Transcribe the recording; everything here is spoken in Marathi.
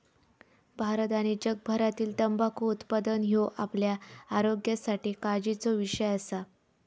भारत आणि जगभरातील तंबाखू उत्पादन ह्यो आपल्या आरोग्यासाठी काळजीचो विषय असा